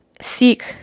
seek